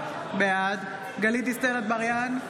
בעד גלית דיסטל אטבריאן,